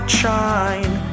shine